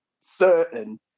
certain